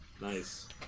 Nice